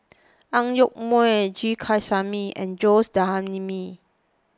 Ang Yoke Mooi G Kandasamy and Jose D'Almeida